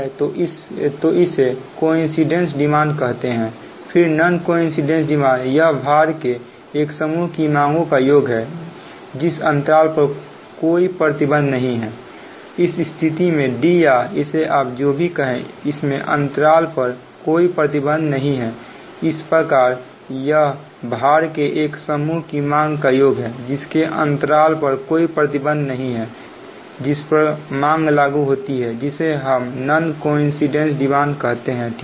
तो इसे coincidence demand कहते हैं फिर नन कोइंसिडेंस डिमांड यह भार के एक समूह की मांगों का योग है जिस अंतराल पर कोई प्रतिबंध नहीं हैइस स्थिति में डी या इसे आप जो भी कहें इसमें अंतराल पर कोई प्रतिबंध नहीं हैइस प्रकार यह भार के एक समूह की माँगों का योग है जिसके अंतराल पर कोई प्रतिबंध नहीं है जिस पर माँग लागू होती हैजिसे हम नन कोइंसिडेंस डिमांड कहते हैं ठीक है